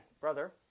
Brother